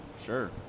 sure